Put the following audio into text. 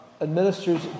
administers